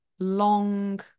long